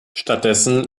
stattdessen